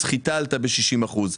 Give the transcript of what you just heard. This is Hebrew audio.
חיטה עלתה ב-60%,